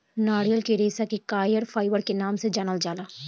नारियल के रेशा के कॉयर फाइबर के नाम से जानल जाला